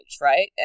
right